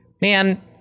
man